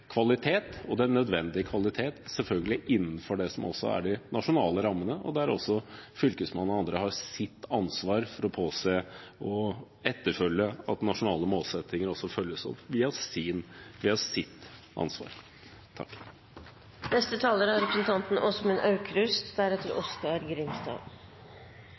kvalitet – selvfølgelig innenfor det som er de nasjonale rammene – og der også Fylkesmannen og andre har ansvar for å påse og etterfølge at nasjonale målsettinger også følges opp, via sitt ansvar. Det er ikke veldig store endringer vi behandler i dag. Det synes vi i Arbeiderpartiet i og for seg er